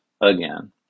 again